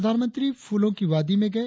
प्रधानमंत्री फूलों की वादी में गए